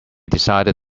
decided